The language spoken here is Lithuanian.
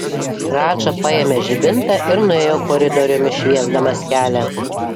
radža paėmė žibintą ir nuėjo koridoriumi šviesdamas kelią